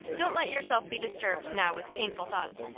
don't let yourself be disturbed now with painful thoughts.